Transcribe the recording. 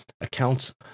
accounts